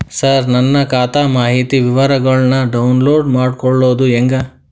ಸರ ನನ್ನ ಖಾತಾ ಮಾಹಿತಿ ವಿವರಗೊಳ್ನ, ಡೌನ್ಲೋಡ್ ಮಾಡ್ಕೊಳೋದು ಹೆಂಗ?